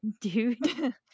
dude